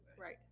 Right